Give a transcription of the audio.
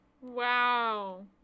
Wow